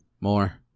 more